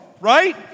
right